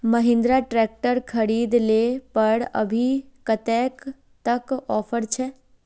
Mahindra tractor खरीद ले पर अभी कतेक तक ऑफर छे?